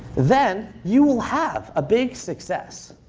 then you will have a big success